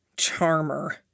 Charmer